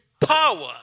power